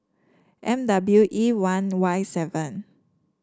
M W E one Y seven